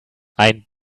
ein